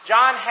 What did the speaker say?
John